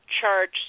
charge